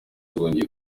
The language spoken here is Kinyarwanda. zongeye